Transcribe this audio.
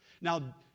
Now